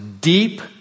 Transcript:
deep